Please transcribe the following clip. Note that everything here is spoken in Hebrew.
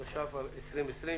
התש"ף-2020,